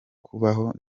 kubaho